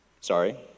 Sorry